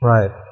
Right